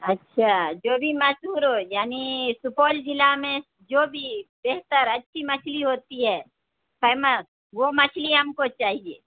اچھا جو بھی مسہور ہو یعنی سپول جلع میں جو بھی بہتر اچھی مچھلی ہوتی ہے فیمس وہ مچھلی ہم کو چاہیے